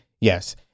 yes